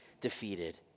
defeated